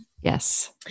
Yes